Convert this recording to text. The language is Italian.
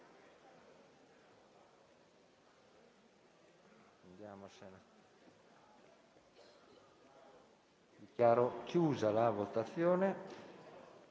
Dichiaro chiusa la votazione